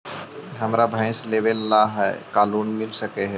हमरा भैस लेबे ल है का लोन मिल सकले हे?